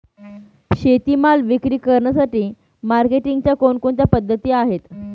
शेतीमाल विक्री करण्यासाठी मार्केटिंगच्या कोणकोणत्या पद्धती आहेत?